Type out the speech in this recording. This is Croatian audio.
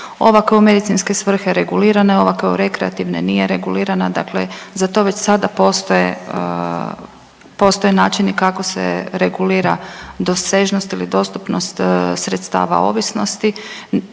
Ova koja je u medicinske svrhe regulirana je, ova kao rekreativne nije regulirana, dakle za to već sada postoje, postoje načini kako se regulira dosežnost ili dostupnost sredstava ovisnosti.